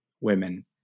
women